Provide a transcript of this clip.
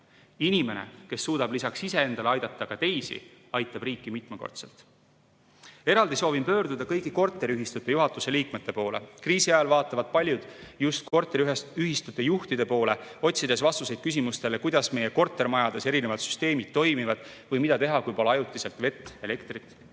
Inimene, kes suudab lisaks iseendale aidata ka teisi, aitab riiki mitmekordselt. Eraldi soovin pöörduda kõigi korteriühistute juhatuste liikmete poole. Kriisi ajal vaatavad paljud just korteriühistute juhtide poole, otsides vastuseid küsimustele, kuidas meie kortermajades süsteemid toimivad või mida teha, kui pole ajutiselt vett ja elektrit.